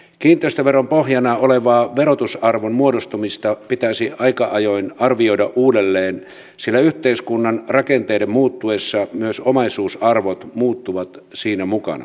kiinteistöveron pohjana olevan verotusarvon muodostumista pitäisi aika ajoin arvioida uudelleen sillä yhteiskunnan rakenteiden muuttuessa myös omaisuusarvot muuttuvat siinä mukana